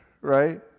Right